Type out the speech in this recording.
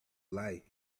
light